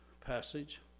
passage